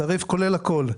התעריף הזה כולל הכל,